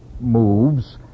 moves